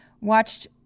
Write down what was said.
watched